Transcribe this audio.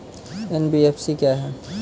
NBFC क्या होता है?